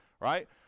right